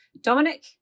Dominic